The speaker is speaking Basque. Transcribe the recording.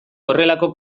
horrelako